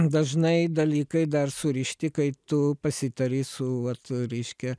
dažnai dalykai dar surišti kai tu pasitari su vat reiškia